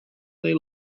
they